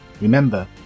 remember